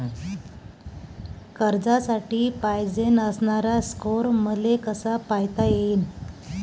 कर्जासाठी पायजेन असणारा स्कोर मले कसा पायता येईन?